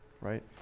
right